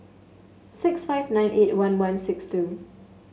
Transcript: six five nine eight one one six two